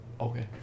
okay